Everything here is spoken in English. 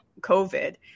COVID